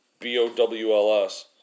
b-o-w-l-s